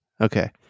Okay